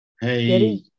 Hey